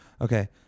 Okay